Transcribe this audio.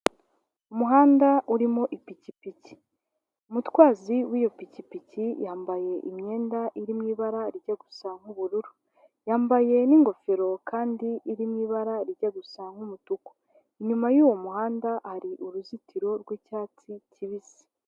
Umuhanda urimo ipikipiki, umutwazi w'iyopikipiki yambaye imyenda iri mu ibara rijya gusa nk'ubururu, yambaye n'ingofero kandi iri mu'ibara rijya gusa nk'umutuku, inyuma y'uwo muhanda hari uruzitiro rw'icyatsi kibisi.